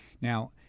Now